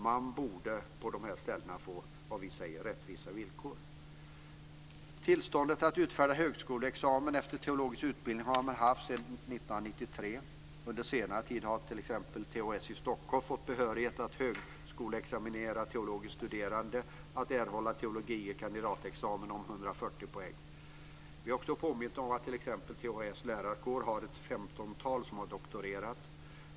Man borde på dessa ställen få rättvisa villkor. Tillstånd att utfärda högskoleexamen efter teologisk utbildning har man haft sedan 1993. Under senare tid har t.ex. THS i Stockholm fått behörighet att examinera teologistuderande. De erhåller teologie kandidatexamen om 140 poäng. Vi har också påmint om att det i THS lärarkår finns ett femtontal som har doktorerat.